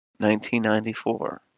1994